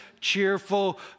cheerful